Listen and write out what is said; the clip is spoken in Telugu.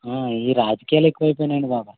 ఈ రాజకీయాలు ఎక్కువైపోయినీయండి బాబు